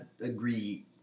agree